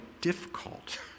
difficult